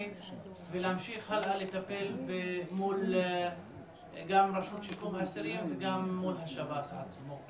ולהמשיך הלאה לטפל מול גם רשות שיקום האסירים וגם מול השב"ס עצמו?